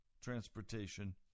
transportation